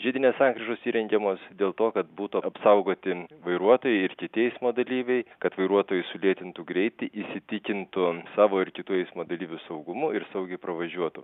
žiedinės sankryžos įrengiamos dėl to kad būtų apsaugoti vairuotojai ir kiti eismo dalyviai kad vairuotojai sulėtintų greitį įsitikintų savo ir kitų eismo dalyvių saugumu ir saugiai pravažiuotų